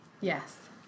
Yes